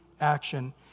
action